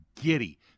giddy